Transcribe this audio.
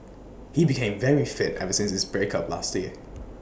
he became very fit ever since his breakup last year